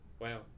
Wow